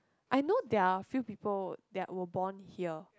I know there are few people that were born here